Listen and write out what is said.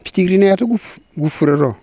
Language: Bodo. फिथिख्रि नायाथ' गुफुर र'